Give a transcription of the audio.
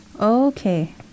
Okay